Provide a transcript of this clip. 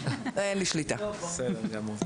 בסדר גמור.